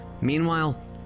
Meanwhile